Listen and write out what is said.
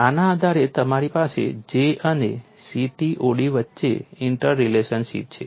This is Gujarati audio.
આના આધારે તમારી પાસે J અને CTOD વચ્ચે ઇન્ટરલેશનશીપ છે